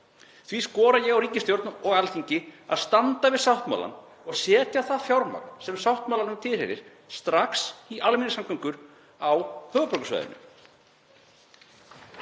Því skora ég á ríkisstjórn og Alþingi að standa við sáttmálann og setja það fjármagn sem sáttmálanum tilheyrir strax í almenningssamgöngur á höfuðborgarsvæðinu.